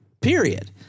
period